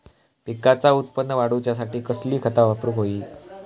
पिकाचा उत्पन वाढवूच्यासाठी कसली खता वापरूक होई?